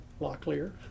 Locklear